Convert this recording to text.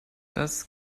das